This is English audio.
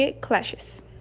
clashes